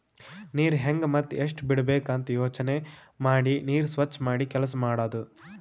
ನೀರ್ ಹೆಂಗ್ ಮತ್ತ್ ಎಷ್ಟ್ ಬಿಡಬೇಕ್ ಅಂತ ಯೋಚನೆ ಮಾಡಿ ನೀರ್ ಸ್ವಚ್ ಮಾಡಿ ಕೆಲಸ್ ಮಾಡದು